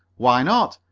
why not?